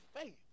faith